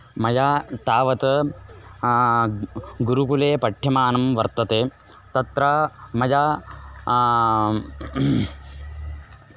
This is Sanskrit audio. मया तावत् गुरुकुले पठ्यमानं वर्तते तत्र मया